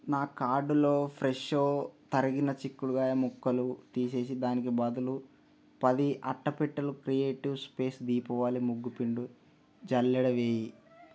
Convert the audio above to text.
నా కార్డ్లో ఫ్రెషో తరిగిన చిక్కుడుకాయ ముక్కలు తీసేసి దానికి బదులు పది అట్టపెట్టెలు క్రియేటివ్ స్పేస్ దీపావళి ముగ్గు పిండి జల్లెడ వేయి